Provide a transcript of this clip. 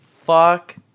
fuck